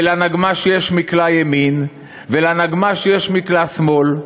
ולנגמ"ש יש מקלע ימין, ולנגמ"ש יש מקלע שמאל,